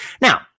Now